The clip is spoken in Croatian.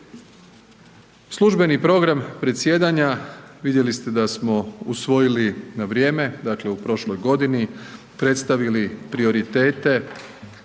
Službeni program predsjedanja, vidjeli ste da smo usvojili na vrijeme, dakle u prošloj godini, predstavili prioritete